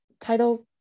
title